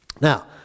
Now